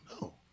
no